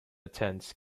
attends